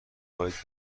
خواهید